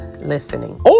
listening